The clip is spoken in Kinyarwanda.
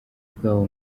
bwabo